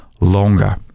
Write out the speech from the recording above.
longer